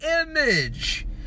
image